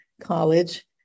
college